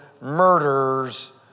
murders